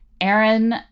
Aaron